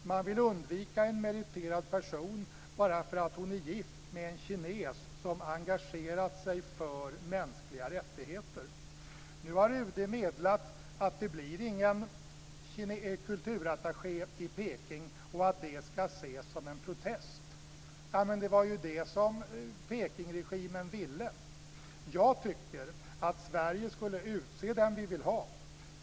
Man vill undvika en meriterad person bara därför att hon är gift med en kines som engagerat sig för mänskliga rättigheter. Nu har UD meddelat att det inte blir någon kulturattaché i Peking och att det ska ses som en protest. Men det var ju det som Pekingregimen ville! Jag tycker att Sverige skulle utse den vi vill ha.